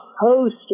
host